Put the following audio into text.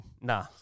Nah